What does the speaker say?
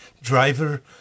driver